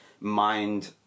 mind